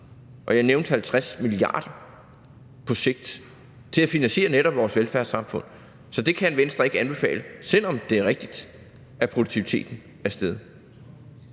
at mangle 50 mia. kr. til netop af finansiere vores velfærdssamfund. Så det kan Venstre ikke anbefale, selv om det er rigtigt, at produktiviteten er steget.